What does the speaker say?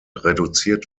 reduziert